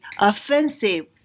offensive